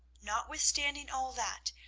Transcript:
notwithstanding all that,